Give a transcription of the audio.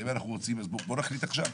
בואו נחליט עכשיו.